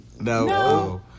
No